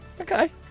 Okay